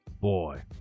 boy